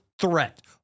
threat